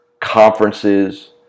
conferences